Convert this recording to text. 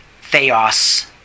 Theos